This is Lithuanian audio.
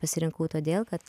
pasirinkau todėl kad